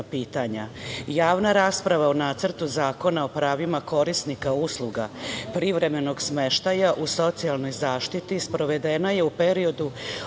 Javna rasprava o Nacrtu zakona o pravima korisnika usluga privremenog smeštaja u socijalnoj zaštiti sprovedena je u periodu